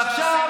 ועכשיו,